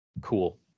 cool